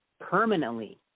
permanently